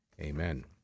Amen